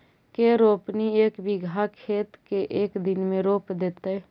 के रोपनी एक बिघा खेत के एक दिन में रोप देतै?